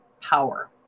power